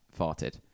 farted